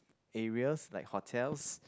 areas like hotels